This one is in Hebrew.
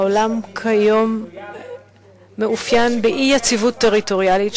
העולם כיום מתאפיין באי-יציבות טריטוריאלית,